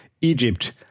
Egypt